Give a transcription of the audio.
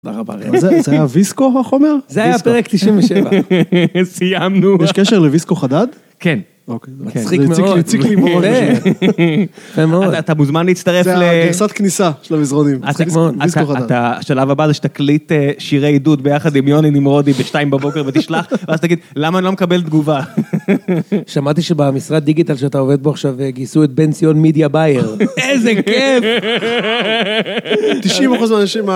תודה רבה, זה היה ויסקו החומר? זה היה פרק 97. סיימנו. יש קשר לויסקו חדד? כן. מצחיק מאוד. מעולה! יפה מאוד! אתה מוזמן להצטרף. זה הגרסת כניסה של המזרונים. השלב הבא זה שתקליט שירי עידוד ביחד עם יוני נמרודי בשתיים בבוקר ותשלח, ואז תגיד למה אני לא מקבל תגובה. שמעתי שבמשרד דיגיטל שאתה עובד בו עכשיו גייסו את בן ציון מידיה בייר. איזה כיף! תשעים אחוז